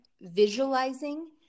visualizing